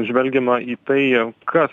žvelgiama į tai kas